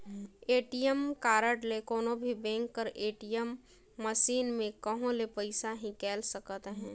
ATM card ले कोनो भी बेंक कर ए.टी.एम मसीन में कहों ले पइसा हिंकाएल सकत अहे